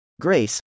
Grace